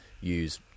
use